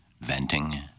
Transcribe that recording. venting